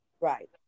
Right